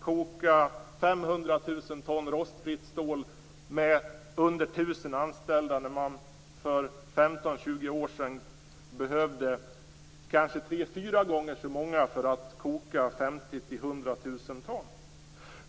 koka 500 000 ton rostfritt stål med under 1 000 anställda medan man för 15-20 år sedan behövde kanske tre, fyra gånger så många anställda för att koka 50 000-100 000 ton.